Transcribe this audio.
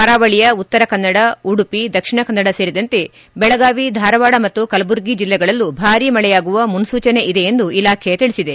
ಕರಾವಳಿಯ ಉತ್ತರ ಕನ್ನಡ ಉಡುಪಿ ದಕ್ಷಿಣ ಕನ್ನಡ ಸೇರಿದಂತೆ ಬೆಳಗಾವಿ ಧಾರವಾಡ ಮತ್ತು ಕಲಬುರಗಿ ಜಿಲ್ಲೆಗಳಲ್ಲೂ ಭಾರೀ ಮಳೆಯಾಗುವ ಮುನ್ಸೂಚನೆ ಇದೆ ಎಂದು ಇಲಾಖೆ ತಿಳಿಸಿದೆ